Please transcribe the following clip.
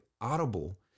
audible